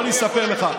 בוא אני אספר לך,